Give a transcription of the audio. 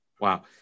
wow